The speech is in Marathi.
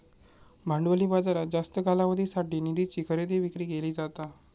भांडवली बाजारात जास्त कालावधीसाठी निधीची खरेदी विक्री केली जाता